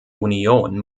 union